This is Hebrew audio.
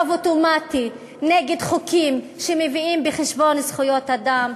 רוב אוטומטי נגד חוקים שמביאים בחשבון זכויות אדם,